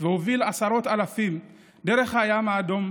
והוביל עשרות אלפים דרך הים האדום.